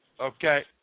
Okay